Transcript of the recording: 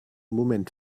moment